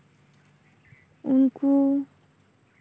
ᱩᱱᱠᱩ